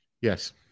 Yes